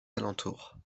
alentours